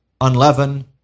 unleavened